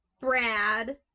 Brad